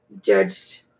judged